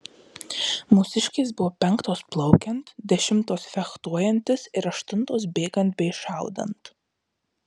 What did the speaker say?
mūsiškės buvo penktos plaukiant dešimtos fechtuojantis ir aštuntos bėgant bei šaudant